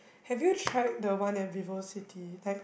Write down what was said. have you tried the one at VivoCity like